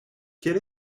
quel